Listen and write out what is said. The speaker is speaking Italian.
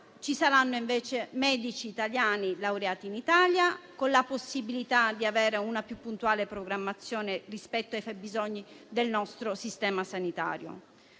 ci saranno invece medici italiani laureati in Italia, con la possibilità di avere una più puntuale programmazione rispetto ai fabbisogni del nostro sistema sanitario.